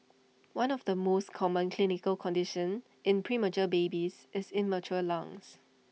one of the most common clinical conditions in premature babies is immature lungs